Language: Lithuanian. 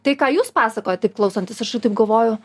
tai ką jūs pasakojat taip klausantis aš ir taip galvoju